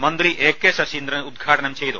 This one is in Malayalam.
മന്ത്രി എ കെ ശശീന്ദ്രൻ ഉദ്ഘാടനം ചെയ്തു